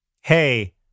hey